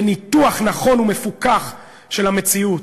בניתוח נכון ומפוכח של המציאות: